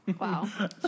Wow